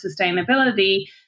sustainability